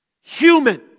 Human